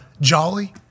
jolly